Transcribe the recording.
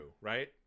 right